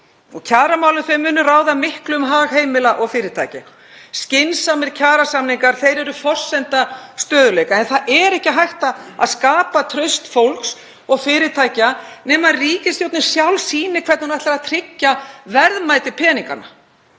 Kjaramálin munu ráða miklu um hag heimila og fyrirtækja. Skynsamlegir kjarasamningar eru forsenda stöðugleika en það er ekki hægt að skapa traust fólks og fyrirtækja nema ríkisstjórnin sjálf sýni hvernig hún ætlar að tryggja verðmæti peninganna.